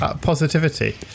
positivity